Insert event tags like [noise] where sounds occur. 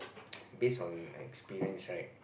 [noise] base on experience